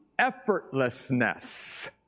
effortlessness